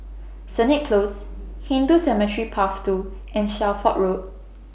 Sennett Close Hindu Cemetery Path two and Shelford Road